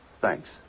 Thanks